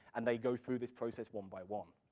and they go through this process one by one.